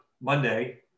Monday